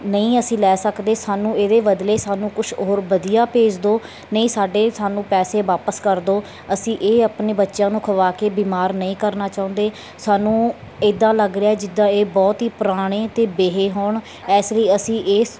ਨਹੀਂ ਅਸੀਂ ਲੈ ਸਕਦੇ ਸਾਨੂੰ ਇਹਦੇ ਬਦਲੇ ਸਾਨੂੰ ਕੁਛ ਹੋਰ ਵਧੀਆ ਭੇਜ ਦਿਓ ਨਹੀਂ ਸਾਡੇ ਸਾਨੂੰ ਪੈਸੇ ਵਾਪਸ ਕਰ ਦਿਓ ਅਸੀਂ ਇਹ ਆਪਣੇ ਬੱਚਿਆਂ ਨੂੰ ਖਵਾ ਕੇ ਬਿਮਾਰ ਨਹੀਂ ਕਰਨਾ ਚਾਹੁੰਦੇ ਸਾਨੂੰ ਇੱਦਾਂ ਲੱਗ ਰਿਹਾ ਜਿੱਦਾਂ ਇਹ ਬਹੁਤ ਹੀ ਪੁਰਾਣੇ ਅਤੇ ਬੇਹੇ ਹੋਣ ਇਸ ਲਈ ਅਸੀਂ ਇਸ